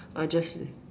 I'll just